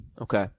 Okay